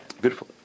Beautiful